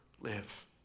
live